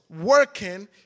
working